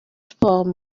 sports